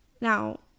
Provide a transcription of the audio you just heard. Now